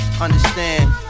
Understand